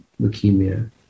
leukemia